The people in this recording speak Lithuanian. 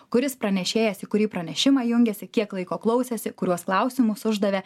kuris pranešėjas į kurį pranešimą jungiasi kiek laiko klausėsi kuriuos klausimus uždavė